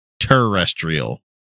terrestrial